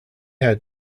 had